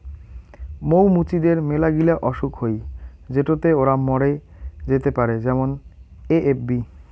মৌ মুচিদের মেলাগিলা অসুখ হই যেটোতে ওরা মরে যেতে পারে যেমন এ.এফ.বি